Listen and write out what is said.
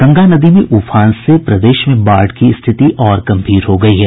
गंगा नदी में उफान से प्रदेश में बाढ़ की स्थिति और गम्भीर हो गयी है